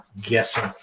guessing